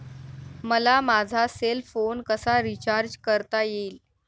मला माझा cell phone कसा रिचार्ज करता येईल?